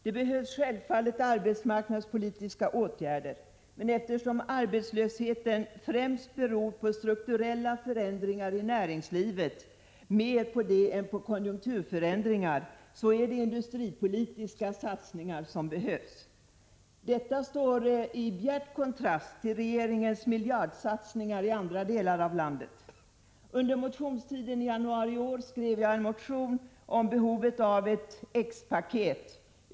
Det behövs självfallet arbetsmarknadspolitiska åtgärder, men eftersom arbetslösheten mer beror på strukturella förändringar i näringslivet än på konjunkturförändringar, är det industripolitiska satsningar som behövs. Att regeringen inte vill göra någon sådan satsning på Gävleborgs län står i bjärt kontrast till miljardsatsningarna i andra delar av landet. Under motionstiden i januari i år skrev jag en motion om behovet av ett X-paket.